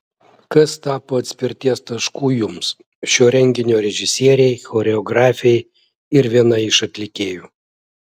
kas tapo atspirties tašku jums šio renginio režisierei choreografei ir vienai iš atlikėjų